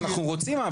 אנחנו רוצים.